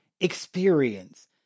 experience